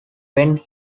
when